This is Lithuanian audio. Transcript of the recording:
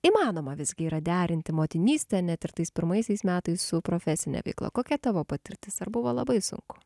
įmanoma visgi yra derinti motinystę net ir tais pirmaisiais metais su profesine veikla kokia tavo patirtis ar buvo labai sunku